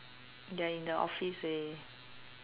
they're in the office leh